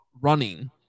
running